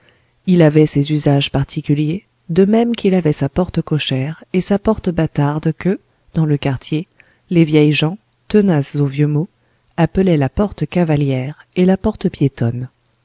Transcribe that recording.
il avait ses usages particuliers de même qu'il avait sa porte cochère et sa porte bâtarde que dans le quartier les vieilles gens tenaces aux vieux mots appelaient la porte cavalière et la porte piétonne